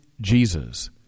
Jesus